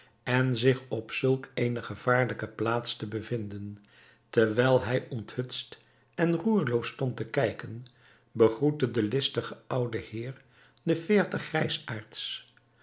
en zich op zulk eene gevaarlijke plaats te bevinden terwijl hij onthutst en roerloos stond te kijken begroette de listige oude heer de veertig